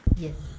yes